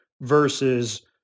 versus